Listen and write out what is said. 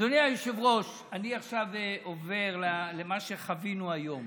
אדוני היושב-ראש, אני עכשיו עובר למה שחווינו היום